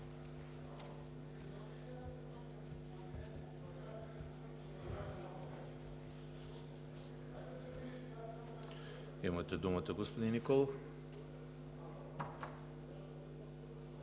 Имате думата, господин Николов.